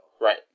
right